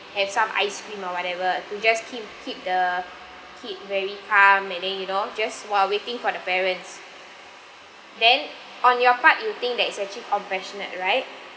have some ice cream or whatever to just keep keep the kid very calm and then you know just while waiting for the parents then on your part you think that it's actually compassionate right